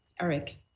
eric